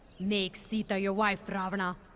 make sita your wife, but ravana.